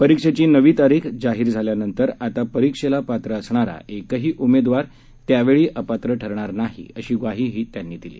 परिक्षेची नवीन तारीख जाहीर झाल्यानंतर आता परिक्षेला पात्र असणारा एकही उमेदवार त्यावेळीही अपात्र ठरणार नाही अशी ग्वाही त्यांनी दिली